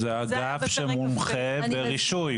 זה אגף שמומחה ברישוי,